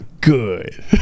good